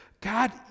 God